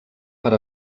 per